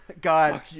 God